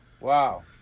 Wow